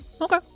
okay